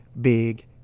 big